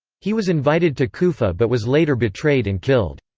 he was invited to kufa but was later betrayed and killed.